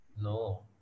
No